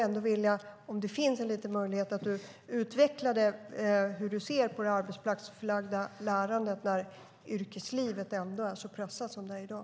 Kan ministern utveckla hur han ser på det arbetsplatsförlagda lärandet när yrkeslivet är så pressat som det är i dag?